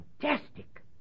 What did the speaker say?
fantastic